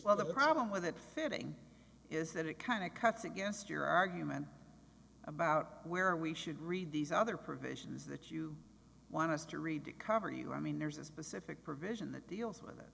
fell the problem with it fitting is that it kind of cuts against your argument about where we should read these other provisions that you want us to read to cover you i mean there's a specific provision that deals with it